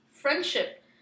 friendship